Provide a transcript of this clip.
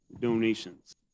donations